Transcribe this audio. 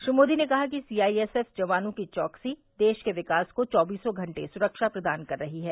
श्री मोदी ने कहा कि सीआईएसएफ जवानों की चौकसी देश के विकास को चौबीसों घंटे सुरक्षा प्रदान कर रही है